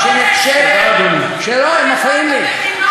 שנחשבת, הוא בכלל במכינות,